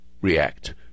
react